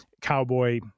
cowboy